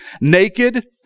naked